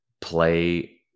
play